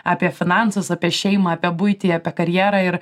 apie finansus apie šeimą apie buitį apie karjerą ir